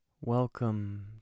Welcome